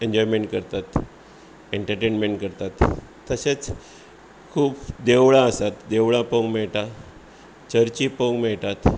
enjoyment करतात entertainment करतात तशेंच खूब देवळां आसात देवळां पोवंक मेळटा चर्ची पोवूंक मेळटात